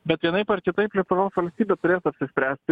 bet vienaip ar kitaip lietuvos valstybė turėtų apsispręsti